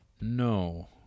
No